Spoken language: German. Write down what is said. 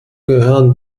gehören